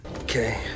Okay